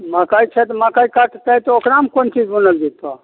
मकै खेतमे मकै कटतै तऽ ओकरामे कोन चीज बुनल जयतहुँ